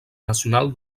nacional